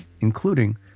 including